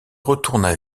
retourna